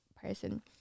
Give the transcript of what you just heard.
person